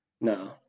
No